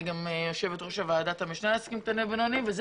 אני גם יושבת ראש ועדת המשנה לעסקים קטנים ובינוניים ובזה